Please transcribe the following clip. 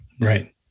Right